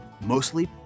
mostly